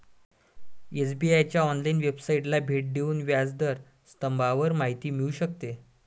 SBI च्या online वेबसाइटला भेट देऊन व्याज दर स्तंभावर माहिती मिळू शकते